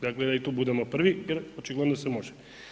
Dakle, da i tu budemo prvi jer očigledno se može.